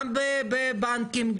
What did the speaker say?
גם בבנקים,